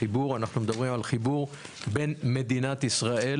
אנחנו מדברים על חיבור בין מדינת ישראל